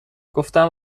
گفتم